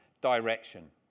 direction